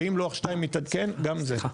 ואם לוח 2 מתעדכן, גם זה.